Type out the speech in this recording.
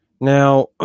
Now